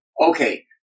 okay